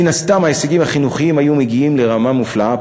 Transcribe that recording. מן הסתם ההישגים החינוכיים היו מגיעים לרמה מופלאה,